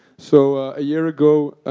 so, a year ago,